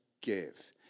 give